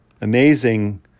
amazing